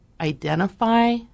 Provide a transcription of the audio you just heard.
identify